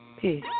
Peace